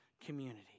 community